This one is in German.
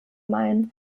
main